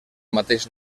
mateix